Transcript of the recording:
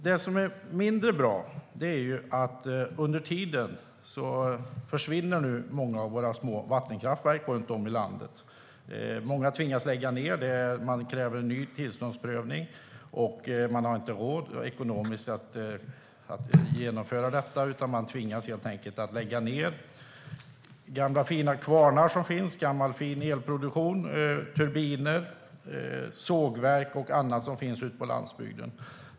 Det som är mindre bra är att under tiden försvinner många av våra små vattenkraftverk runt om i landet. Många tvingas lägga ned. Det krävs ny tillståndsprövning, och det har man inte råd att genomföra, utan man tvingas helt enkelt att lägga ned gamla fina kvarnar, gammal fin elproduktion, turbiner, sågverk och annat som finns ute på landsbygden.